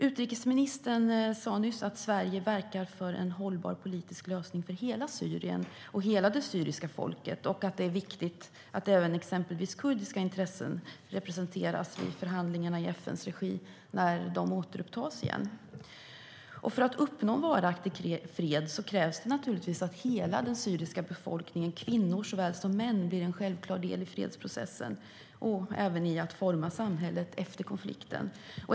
Utrikesministern sade att Sverige verkar för en hållbar politisk lösning för hela Syrien och hela det syriska folket och att det är viktigt att också kurdiska intressen representeras vid förhandlingarna i FN:s regi när de återupptas. För att uppnå en varaktig fred krävs att hela den syriska befolkningen, kvinnor såväl som män, blir en självklar del i fredsprocessen och i att efter konflikten forma samhället.